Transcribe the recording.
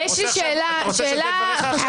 אתה רוצה להשמיע את דבריך עכשיו?